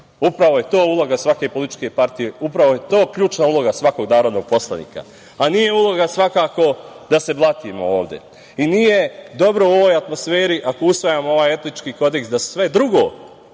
aktima. Upravo je to uloga svake političke partije. Upravo je to ključna uloga svakog narodnog poslanika, a nije uloga svakako da se blatimo ovde. Nije dobro u ovoj atmosferi ako usvajamo ovaj etički kodeks da sve drugo